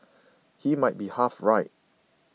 he might be half right